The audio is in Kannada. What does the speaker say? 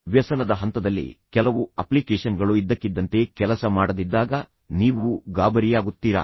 ವ್ಯಸನದ ಹಂತದಲ್ಲಿ ಕೆಲವು ಅಪ್ಲಿಕೇಶನ್ಗಳು ಇದ್ದಕ್ಕಿದ್ದಂತೆ ಕೆಲಸ ಮಾಡದಿದ್ದಾಗ ನೀವು ಗಾಬರಿಯಾಗುತ್ತೀರಾ